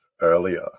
earlier